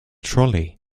trolley